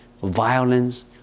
violence